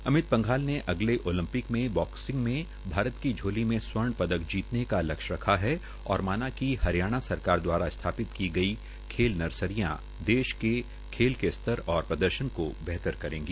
अमित पंघाल ने अगले ओलम्पिक में बाकसिंग में भारत की झोली में स्वर्ण पदक जीतने का लक्ष्य रखा है और माना है कि हरियाणा सरकार दवारा स्थापित की गई खेल नर्सरियों देश के खेल के स्तर और प्रदर्शन को बेहतर करेगी